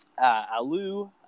Alu